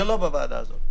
זה לא בוועדה הזו.